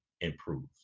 improves